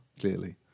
clearly